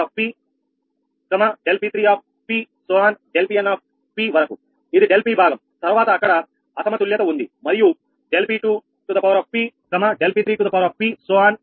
∆𝑃n వరకు ఇది ∆𝑃 భాగం తర్వాత అక్కడ అసమతుల్యత ఉంది మరియు ∆𝑃2 ∆𝑃3